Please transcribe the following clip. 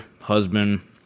husband